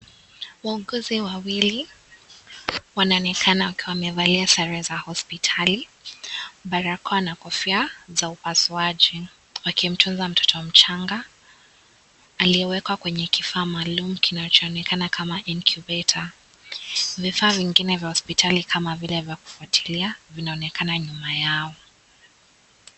Wauguzi wawili wanaonekana wakiwa wamevalia sare za hospitali, barakoa na kofia za upasuaji wakimtazama mtoto mchanga aliyewekwa kwenye kifaa maalum kinachoonekana kama incubeta. Vifaa vingine vya hospitali kama vile vya kufuatilia vinaonekana nyuma yao.